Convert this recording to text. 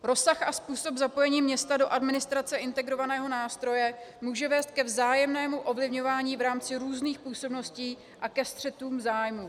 Rozsah a způsob zapojení města do administrace integrovaného nástroje může vést ke vzájemnému ovlivňování v rámci různých působností a ke střetům zájmů.